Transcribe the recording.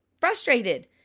frustrated